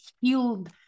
healed